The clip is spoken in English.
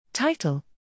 Title